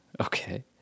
Okay